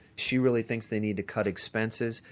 she really thinks they need to cut expenses.